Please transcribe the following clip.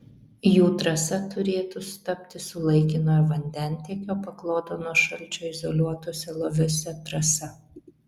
jų trasa turėtų sutapti su laikinojo vandentiekio pakloto nuo šalčio izoliuotuose loviuose trasa